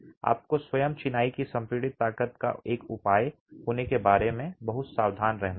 आपको स्वयं चिनाई की संपीड़ित ताकत का एक उपाय होने के बारे में बहुत सावधान रहना होगा